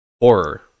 horror